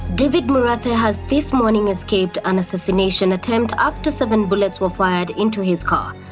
david murathe has this morning escaped an assassination attempt after seven bullets were fired into his car.